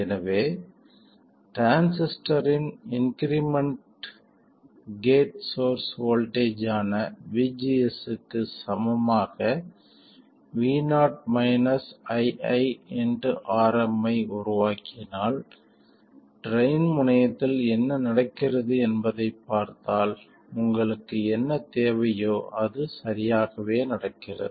எனவே டிரான்சிஸ்டரின் increment gate source voltage ஆன vgs க்கு சமமாக vo iiRm ஐ உருவாக்கினால் ட்ரைன் முனையத்தில் என்ன நடக்கிறது என்பதைப் பார்த்தால் உங்களுக்கு என்ன தேவையோ அது சரியாகவே நடக்கிறது